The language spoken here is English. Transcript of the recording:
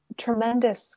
tremendous